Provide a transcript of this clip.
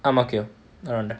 ang mo kio around there